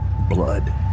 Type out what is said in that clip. Blood